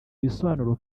bisobanuro